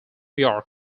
york